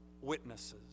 witnesses